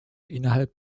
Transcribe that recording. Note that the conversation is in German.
innerhalb